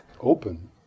open